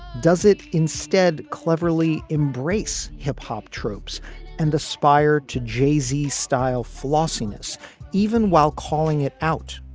does it instead cleverly embrace hip hop tropes and aspire to jay-z's style flashiness even while calling it out?